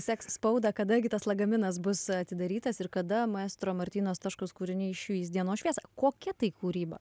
seks spaudą kada gi tas lagaminas bus atidarytas ir kada maestro martyno staškaus kūriniai išvys dienos šviesą kokia tai kūryba